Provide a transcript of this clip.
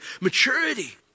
maturity